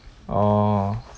orh